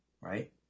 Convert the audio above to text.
right